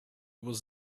was